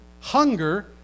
hunger